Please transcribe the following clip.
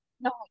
No